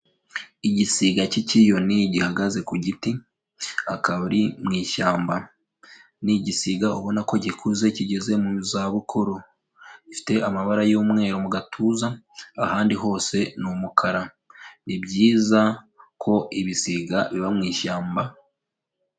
Igisiga cy'icyiyoni gihagaze ku giti. Akaba ari mu ishyamba. Ni igisiga ubona ko gikuze kigeze mu zabukuru. Gifite amabara y'umweru mu gatuza, ahandi hose ni umukara. Ni byiza ko ibisiga biba mu ishyamba.